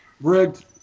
Rigged